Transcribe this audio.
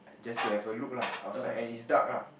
just to have a look lah outside and it's dark lah